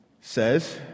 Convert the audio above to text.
says